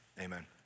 amen